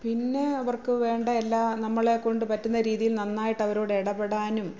പിന്നെ അവർക്ക് വേണ്ട എല്ലാം നമ്മളെ കൊണ്ട് പറ്റുന്ന രീതിയിൽ നന്നായിട്ട് അവരോട് ഇടപെടാനും